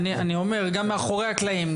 גם מאחורי הקלעים,